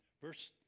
Verse